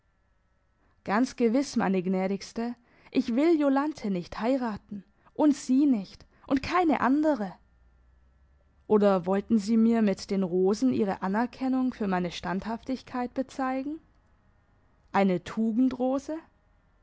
ganz gewiss meine gnädigste ich will jolanthe nicht heiraten und sie nicht und keine andere oder wollten sie mir mit den rosen ihre anerkennung für meine standhaftigkeit bezeigen eine